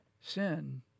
sin